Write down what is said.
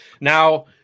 now